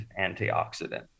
antioxidant